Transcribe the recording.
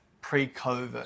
pre-COVID